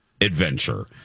adventure